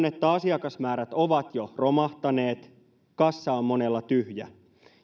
että asiakasmäärät ovat jo romahtaneet kassa on monella tyhjä